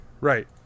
Right